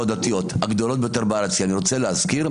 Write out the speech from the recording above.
דתיות הגדולות ביותר בארץ כי אני רוצה להזכיר.